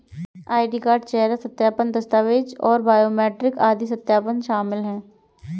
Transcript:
ID card, चेहरा सत्यापन, दस्तावेज़ और बायोमेट्रिक आदि सत्यापन शामिल हैं